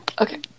Okay